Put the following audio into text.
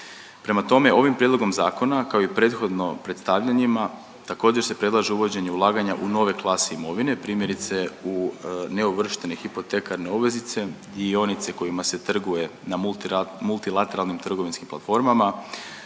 Prema tome, ovim prijedlogom zakona, kao i prethodno predstavljanjima također se predlaže uvođenje ulaganja u nove klas imovine, primjerice u neuvrštene hipotekarne obveznice, dionice kojima se trguje na multilateralnim trgovinskim platformama